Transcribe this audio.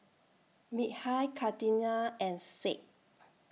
Mikhail Kartini and Said